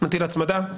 מטיל הצמדה,